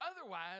Otherwise